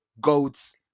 GOATS